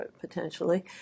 potentially